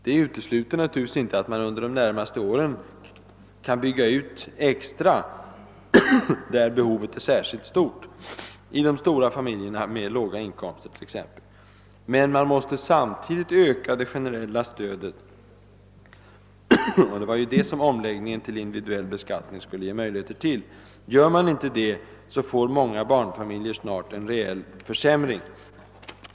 Detta utesluter naturligtvis inte att man under de närmaste åren kan bygga ut stödet extra i de fall där beho vet är särskilt stort, t.ex. för stora familjer med låga inkomster. Men man måste samtidigt öka det generella stödet. Det var ju detta som omläggningen till individuell beskattning skulle ge möjlighet till. Gör man inte det, drabbas många barnfamiljer snart av en reell försämring.